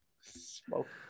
smoke